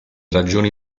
ragioni